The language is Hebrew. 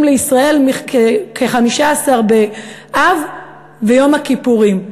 לישראל כחמישה עשר באב ויום הכיפורים".